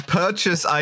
purchase